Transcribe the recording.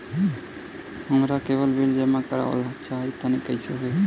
हमरा केबल के बिल जमा करावल चहा तनि कइसे होई?